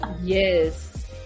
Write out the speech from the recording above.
Yes